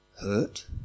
Hurt